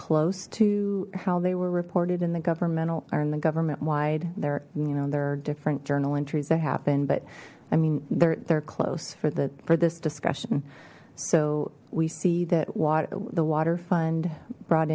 close to how they were reported in the governmental and the government wide there you know there are different journal entries that happen but i mean they're they're close for the for this discussion so we see that what the water fund brought